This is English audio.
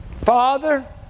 Father